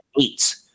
eight